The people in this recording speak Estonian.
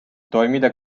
toimida